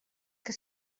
que